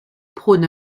prône